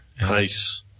Nice